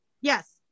Yes